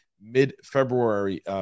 mid-february